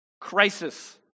crisis